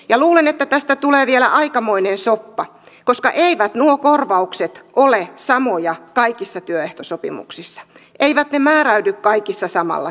ja luulen että tästä tulee vielä aikamoinen soppa koska eivät nuo korvaukset ole samoja kaikissa työehtosopimuksissa eivät ne määräydy kaikissa samalla tavalla